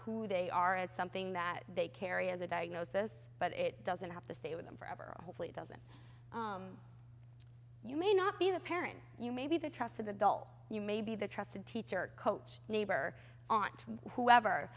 who they are as something that they carry as a diagnosis but it doesn't have to stay with them forever hopefully it doesn't you may not be the parent and you may be the trusted adult you may be the trusted teacher coach neighbor aunt who ever